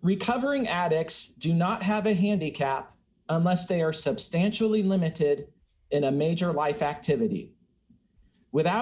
recovering addicts d do not have a handicap unless they are substantially limited in a major life activity without